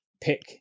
Pick